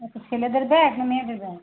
আচ্ছা ছেলেদের ব্যাগ না মেয়েদের ব্যাগ